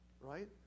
right